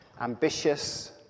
Ambitious